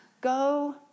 Go